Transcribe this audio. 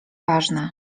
ważne